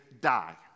die